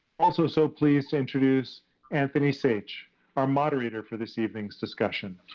also, so pleased to introduce anthony saich our moderator for this evening's discussion.